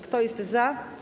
Kto jest za?